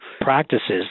practices